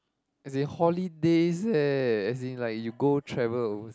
as in holidays eh as in like you go travel over~